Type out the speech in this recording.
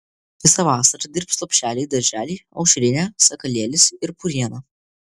visą vasarą dirbs lopšeliai darželiai aušrinė sakalėlis ir puriena